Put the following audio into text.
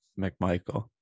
McMichael